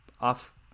off